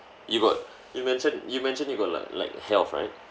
you got you mentioned you mentioned you got like like health right